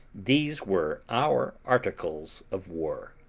these were our articles of war.